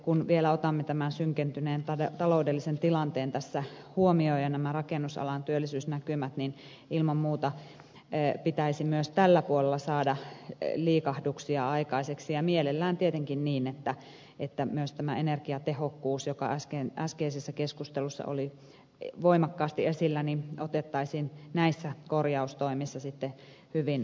kun vielä otamme tämän synkentyneen taloudellisen tilanteen tässä huomioon ja rakennusalan työllisyysnäkymät niin ilman muuta pitäisi myös tällä puolella saada liikahduksia aikaiseksi ja mielellään tietenkin niin että myös tämä energiatehokkuus joka äskeisessä keskustelussa oli voimakkaasti esillä otettaisiin näissä korjaustoimissa sitten hyvin huomioon